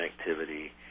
activity